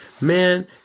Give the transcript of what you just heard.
Man